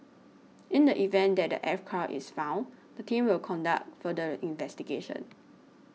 in the event that the aircraft is found the team will conduct further investigation